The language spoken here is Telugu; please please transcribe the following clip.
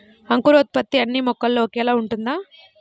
అంకురోత్పత్తి అన్నీ మొక్కల్లో ఒకేలా ఉంటుందా?